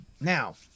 Now